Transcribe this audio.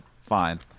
fine